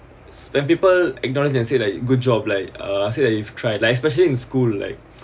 it's when people acknowledge and say like good job like uh say you've tried like especially in school like